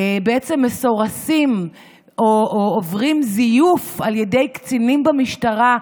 בעצם מסורסים או עוברים זיוף על ידי קצינים במשטרה,